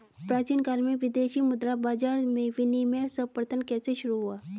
प्राचीन काल में विदेशी मुद्रा बाजार में विनिमय सर्वप्रथम कैसे शुरू हुआ?